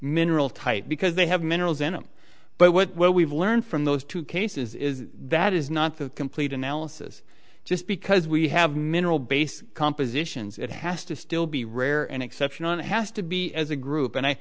mineral type because they have minerals in it but what we've learned from those two cases is that is not the complete analysis just because we have mineral based compositions it has to still be rare an exception has to be as a group and i